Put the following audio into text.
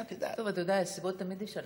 טוב, אתה יודע, סיבות תמיד אפשר למצוא.